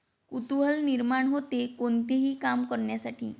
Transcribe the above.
कुतूहल निर्माण होते, कोणतेही काम करण्यासाठी